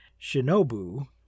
Shinobu